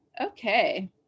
okay